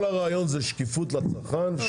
כל הרעיון הוא שקיפות לצרכן.